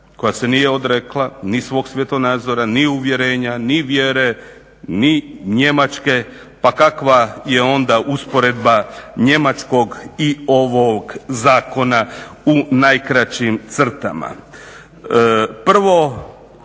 koja se nije odrekla ni svog svjetonazora ni uvjerenja ni vjere ni Njemačke pa kakva je onda usporedba njemačkog i ovog zakona u najkraćim crtama.